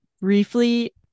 briefly